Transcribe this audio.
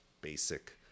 basic